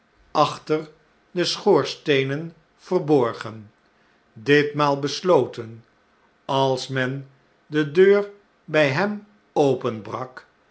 achter de schoorsteenen verborgen ditmaal besloten als men de deur bij hem